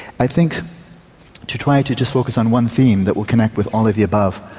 i think to try to just focus on one theme that will connect with all of the above,